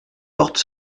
porte